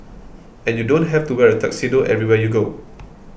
and you don't have to wear a tuxedo everywhere you go